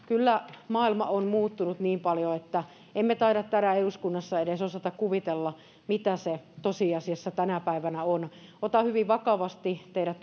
kyllä maailma on muuttunut niin paljon että emme taida täällä eduskunnassa edes osata kuvitella mitä se tosiasiassa tänä päivänä on otan hyvin vakavasti teidän